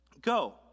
go